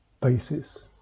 basis